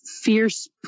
fierce